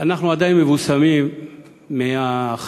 אנחנו עדיין מבושמים מההכרזות